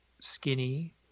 skinny